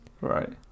right